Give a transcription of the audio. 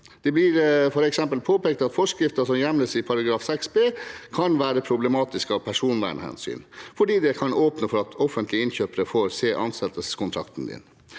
Det blir f.eks. påpekt at forskrifter som hjemles i § 6 b, kan være problematiske av personvernhensyn fordi det kan åpne for at offentlige innkjøpere får se ansettelseskontrakten din.